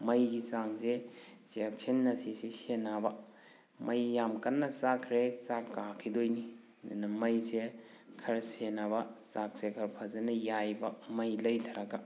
ꯃꯩꯒꯤ ꯆꯥꯡꯁꯦ ꯆꯦꯛꯁꯤꯟꯅ ꯁꯦꯟꯅꯕ ꯃꯩ ꯌꯥꯝ ꯀꯟꯅ ꯆꯥꯛꯈ꯭ꯔꯦ ꯆꯥꯛ ꯀꯥꯈꯤꯗꯣꯏꯅꯤ ꯑꯗꯨꯅ ꯃꯩꯁꯦ ꯈꯔ ꯁꯦꯟꯅꯕ ꯆꯥꯛꯁꯦ ꯈꯔ ꯐꯖꯅ ꯌꯥꯏꯕ ꯃꯩ ꯂꯩꯊꯔꯒ